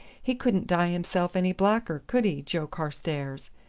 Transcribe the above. he couldn't dye himself any blacker, could he, joe carstairs?